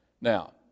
Now